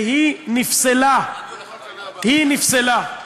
והיא נפסלה, היא נפסלה.